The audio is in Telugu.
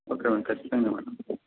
ఓకే మేడం ఖచ్చితంగా